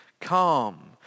calm